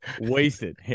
Wasted